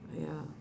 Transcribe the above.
ya